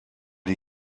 die